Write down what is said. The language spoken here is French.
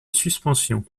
suspension